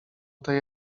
tej